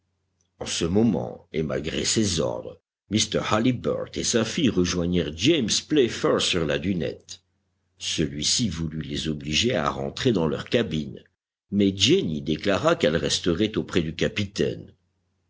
en ce moment et malgré ses ordres mr halliburtt et sa fille rejoignirent james playfair sur la dunette celui-ci voulut les obliger à rentrer dans leur cabine mais jenny déclara qu'elle resterait auprès du capitaine